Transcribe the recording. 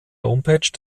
homepage